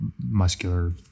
muscular